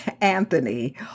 Anthony